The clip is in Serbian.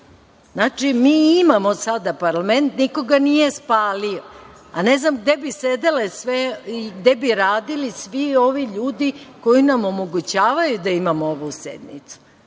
mi imamo sada parlament i niko ga nije spalio, a ne znam gde bi radili svi ovi ljudi koji nam omogućavaju da imamo ovu sednicu.